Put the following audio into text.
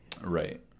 Right